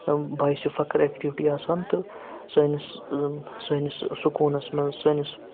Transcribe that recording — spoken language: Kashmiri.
بَاعسِ فَخر ایٚکٹِوٹی آسان تہٕ سٲنِس سٲنِس سکوٗنَس منٛز سٲنِس